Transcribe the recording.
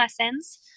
lessons